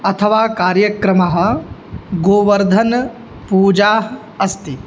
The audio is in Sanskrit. अथवा कार्यक्रमः गोवर्धनपूजा अस्ति